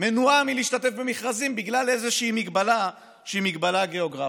מנועה מלהשתתף במכרזים בגלל איזושהי מגבלה שהיא מגבלה גיאוגרפית.